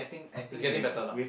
it's getting better lah